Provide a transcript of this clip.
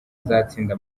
azatsinda